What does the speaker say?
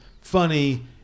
funny